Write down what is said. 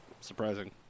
surprising